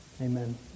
Amen